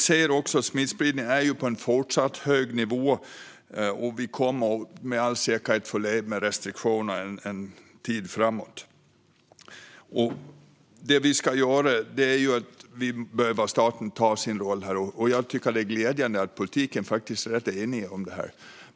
Vi ser att smittspridningen är på en fortsatt hög nivå, och vi kommer med all säkerhet att förlänga restriktionerna en tid framåt. Staten behöver ta sin roll, och jag tycker att det är glädjande att vi är rätt eniga i politiken om det här.